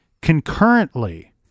Concurrently